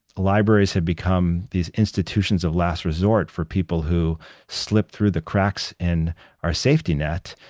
libraries have become these institutions of last resort for people who slip through the cracks and our safety net.